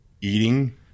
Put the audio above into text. eating